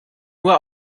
nur